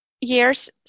years